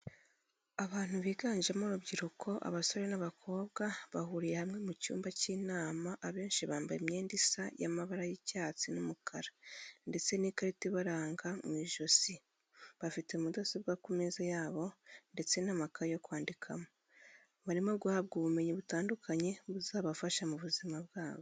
Abantu biganjemo urubyiruko abasore n'abakobwa bahuriye hamwe mu cyumba cy'inama abenshi bambaye imyenda isa y'amabara y'icyatsi n'umukara ndetse n'ikarita ibaranga mw'ijosi bafite mudasobwa ku meza yabo ndetse n'amakaye yo kwandikamo, barimo guhabwa ubumenyi butandukanye buzabafasha mu buzima bwabo.